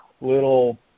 little